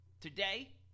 Today